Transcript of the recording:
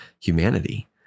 humanity